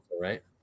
right